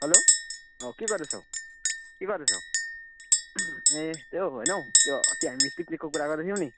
hello अँ के गर्दैछौ के गर्दैछौ ए त्यही है होइन हौ त्यो अस्ति हामीले पिकनिकको कुरा गर्दैथ्यौँ नि